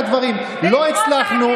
חבר הכנסת קרעי,